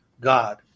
God